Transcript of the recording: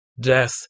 Death